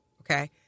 Okay